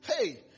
Hey